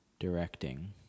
directing